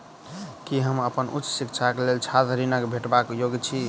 की हम अप्पन उच्च शिक्षाक लेल छात्र ऋणक भेटबाक योग्य छी?